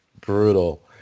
Brutal